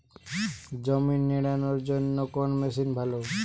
জমি নিড়ানোর জন্য কোন মেশিন ভালো?